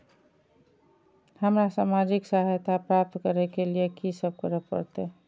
हमरा सामाजिक सहायता प्राप्त करय के लिए की सब करे परतै?